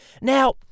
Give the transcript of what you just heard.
Now